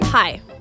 Hi